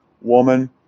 Woman